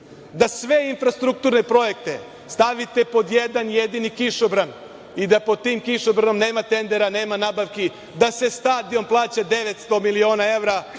Da sve infrastrukturne projekte stavite pod jedan jedini kišobran i da pod tim kišobranom nema tendera, nema nabavki, da se stadion plaća 900 miliona evra,